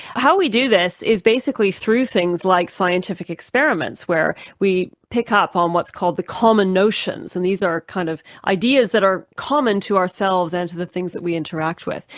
how we do this is basically through things like scientific experiments, where we pick ah up on what's called the common notions, and these are kind of ideas that are common to ourselves and to the things that we interact with.